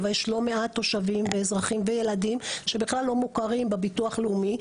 אבל יש לא מעט תושבים ואזרחים וילדים שבכלל לא מוכרים בביטוח הלאומי.